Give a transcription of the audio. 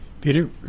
Peter